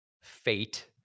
fate